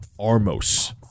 Armos